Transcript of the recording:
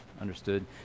understood